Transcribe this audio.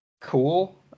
Cool